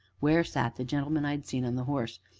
where sat the gentleman i had seen on the horse,